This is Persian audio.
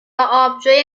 آبجوی